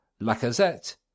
Lacazette